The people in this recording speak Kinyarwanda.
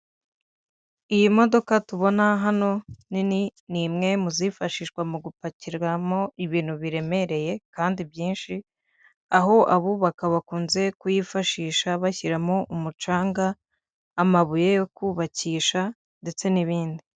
Iyi modoka tubona hano nini ni imwe mu zifashishwa mu gupakirwamo ibintu biremereye kandi byinshi aho abubaka bakunze kuyifashisha bashyiramo umucanga, amabuye yo kubakisha ndetse n'ibindi.